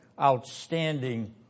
outstanding